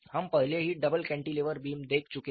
हम पहले ही डबल कैंटिलीवर बीम देख चुके हैं